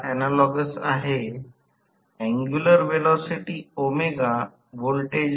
तर ते 2 π n आहे ω असेल आणि 2 π n एस ω एस समकालीन वेग असेल